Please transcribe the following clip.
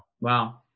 wow